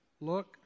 look